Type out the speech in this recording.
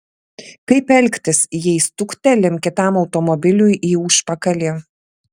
kaip elgtis jei stuktelim kitam automobiliui į užpakalį